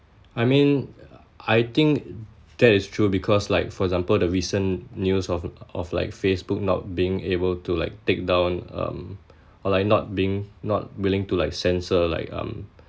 I mean I think that is true because like for example the recent news of of like Facebook not being able to like take down um or like not being not willing to like censor like um